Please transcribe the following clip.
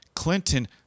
Clinton